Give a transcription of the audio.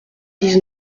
dix